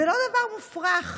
זה לא דבר מופרך.